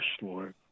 Lord